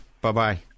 Bye-bye